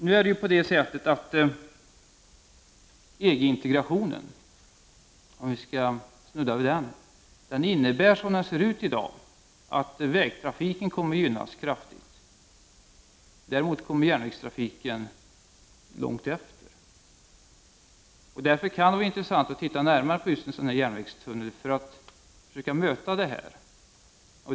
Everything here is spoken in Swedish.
Nu är det på det sättet att EG-integrationen, om vi skall snudda vid den, innebär som den ser ut i dag att vägtrafiken kommer att gynnas kraftigt. Järnvägstrafiken kommer långt efter. Därför kan det vara intressant att titta närmare just på en järnvägstunnel för att försöka möta en sådan utveckling.